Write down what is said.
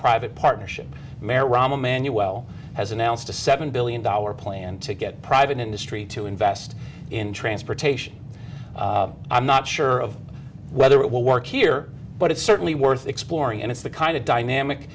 private partnership mehram emmanuelle has announced a seven billion dollars plan to get private industry to invest in transportation i'm not sure of whether it will work here but it's certainly worth exploring and it's the kind of dynamic